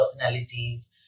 personalities